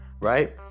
right